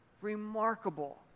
remarkable